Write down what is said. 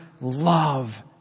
love